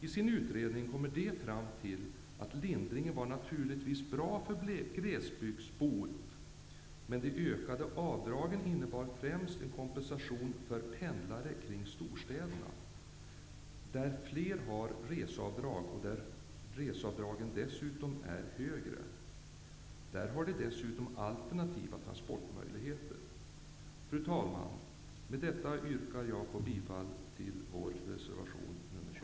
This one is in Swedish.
I sin utredning har man kommit fram till att lindringen naturligtvis var bra för glesbygdsbor, men de ökade avdragen innebar främst en kompensation för pendlare kring storstäderna, där fler kan göra reseavdrag och där reseavdragen är högre. Dessutom har storstadspendlare tillgång till alternativa transportmöjligheter. Fru talman! Med det anförda yrkar jag bifall till reservation nr 20.